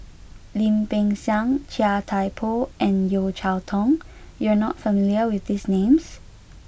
Lim Peng Siang Chia Thye Poh and Yeo Cheow Tong you are not familiar with these names